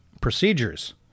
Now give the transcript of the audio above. procedures